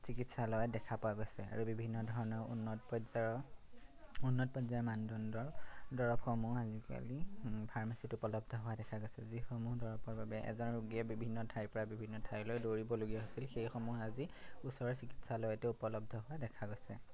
চিকিৎসালয়ত দেখা পোৱা গৈছে আৰু বিভিন্ন ধৰণৰ উন্নত পৰ্যায়ৰ উন্নত পৰ্যায়ৰ মানদণ্ডৰ দৰবসমূহ আজিকালি ফাৰ্মাচিত উপলব্ধ হোৱা দেখা গৈছে যিসমূহ দৰবৰ বাবে এজন ৰোগীয়ে বিভিন্ন ঠাইৰ পৰা বিভিন্ন ঠাইলৈ দৌৰিবলগীয়া হৈছিল সেইসমূহ আজি ওচৰৰ চিকিৎসালয়তে উপলব্ধ হোৱা দেখা গৈছে